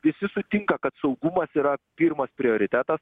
visi sutinka kad saugumas yra pirmas prioritetas